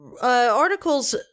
articles